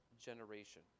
generation